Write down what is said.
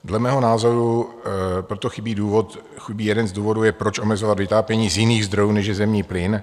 Dle mého názoru pro to chybí důvod jeden z důvodů je, proč omezovat vytápění z jiných zdrojů, než je zemní plyn.